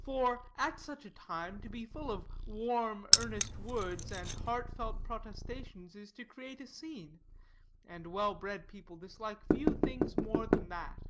for, at such a time, to be full of warm, earnest words, and heart-felt protestations, is to create a scene and well-bred people dislike few things more than that